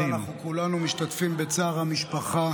נפל, ואנחנו כולנו משתתפים בצער המשפחה